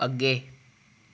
ਅੱਗੇ